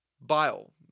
Bile